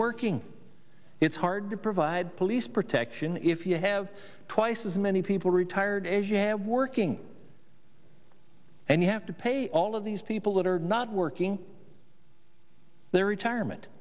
working it's hard to provide police protection if you have twice as many people retired asiad working and you have to pay all of these people that are not working their retirement